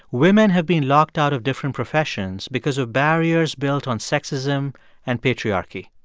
women have been locked out of different professions because of barriers built on sexism and patriarchy.